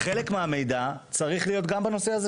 שיידעו מה עוזרים לאותם